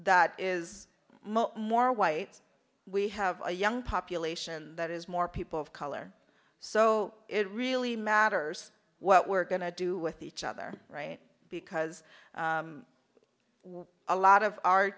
that is more white we have a young population that is more people of color so it really matters what we're going to do with each other right because a lot of our